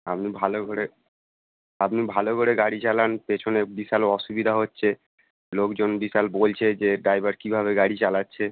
আপনি ভালো করে আপনি ভালো করে গাড়ি চালান পেছনে বিশাল অসুবিধা হচ্ছে লোকজন বিশাল বলছে যে ড্রাইভার কীভাবে গাড়ি চালাচ্ছে